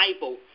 Bible